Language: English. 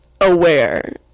aware